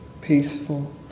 peaceful